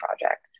project